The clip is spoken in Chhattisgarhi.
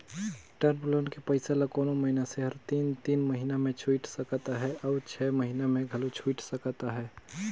टर्म लोन के पइसा ल कोनो मइनसे हर तीन तीन महिना में छुइट सकत अहे अउ छै महिना में घलो छुइट सकत अहे